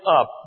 up